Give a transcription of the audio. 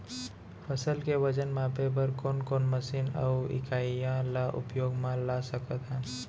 फसल के वजन मापे बर कोन कोन मशीन अऊ इकाइयां ला उपयोग मा ला सकथन?